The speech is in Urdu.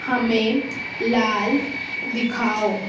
ہمیں لال دکھاؤ